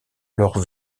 leurs